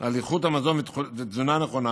על איכות המזון ותזונה נכונה.